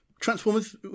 Transformers